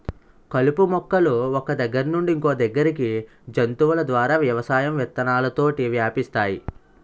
కలుపు మొక్కలు ఒక్క దగ్గర నుండి ఇంకొదగ్గరికి జంతువుల ద్వారా వ్యవసాయం విత్తనాలతోటి వ్యాపిస్తాయి